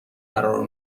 قرار